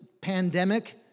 pandemic